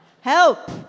Help